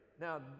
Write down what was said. Now